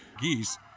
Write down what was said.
Geese